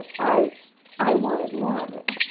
i i wanted more of it.